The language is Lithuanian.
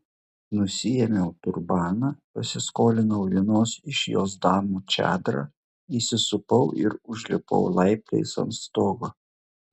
nusiėmiau turbaną pasiskolinau vienos iš jos damų čadrą įsisupau ir užlipau laiptais ant stogo